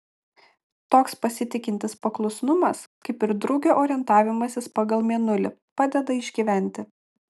toks pasitikintis paklusnumas kaip ir drugio orientavimasis pagal mėnulį padeda išgyventi